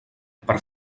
per